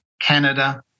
Canada